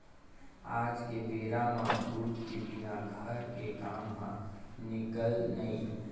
आज के बेरा म दूद के बिना घर के काम ह निकलय नइ